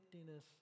emptiness